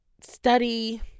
study